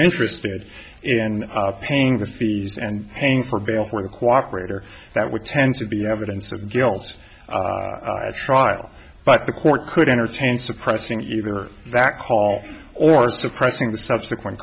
interested in paying the fees and paying for bail for the cooperate or that would tend to be evidence of guilt trial but the court could entertain suppressing either that call or suppressing the subsequent